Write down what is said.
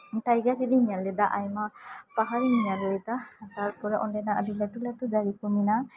tiger ᱦᱤᱞᱤᱧ ᱧᱮᱞ ᱞᱮᱫᱟ ᱟᱭᱢᱟ ᱯᱟᱦᱟᱲᱤᱧ ᱧᱮᱞ ᱞᱮᱫᱟ ᱛᱟᱨᱯᱚᱨᱮ ᱚᱸᱰᱮᱱᱟᱜ ᱟᱹᱰᱤ ᱞᱟᱹᱴᱩ ᱞᱟᱹᱴᱩ ᱫᱟᱨᱮ ᱠᱚ ᱢᱮᱱᱟᱜ ᱟ